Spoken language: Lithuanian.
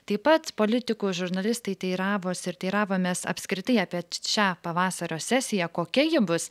taip pat politiko žurnalistai teiravosi ir teiravomės apskritai apie šią pavasario sesiją kokia ji bus